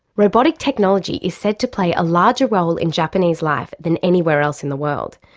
robotic technology is said to play a larger role in japanese life than anywhere else in the world.